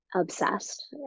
obsessed